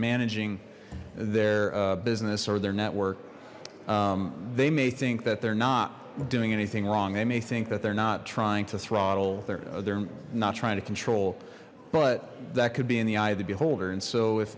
managing their business or their network they may think that they're not doing anything wrong they may think that they're not trying to throttle there they're not trying to control but that could be in the eye of the beholder and so